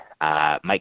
Mike